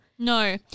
No